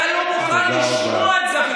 אתה לא מוכן לשמוע את זה,